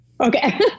Okay